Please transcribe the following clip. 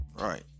right